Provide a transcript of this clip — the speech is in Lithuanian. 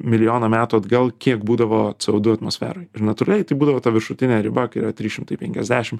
milijoną metų atgal kiek būdavo co du atmosferoj ir natūraliai tai būdavo ta viršutinė riba kai yra trys šimtai penkiasdešim